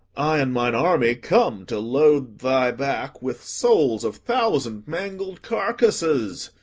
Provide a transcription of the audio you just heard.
i and mine army come to load thy back with souls of thousand mangled carcasses